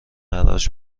حراج